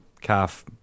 calf